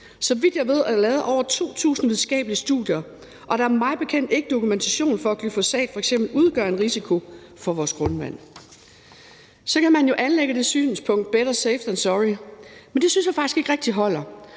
Så vidt jeg ved, er der lavet over 2.000 videnskabelige studier, og der er mig bekendt ikke dokumentation for, at glyfosat f.eks. udgør en risiko for vores grundvand. Så kan man jo anlægge synspunktet better safe than sorry, men det synes jeg faktisk ikke rigtig holder,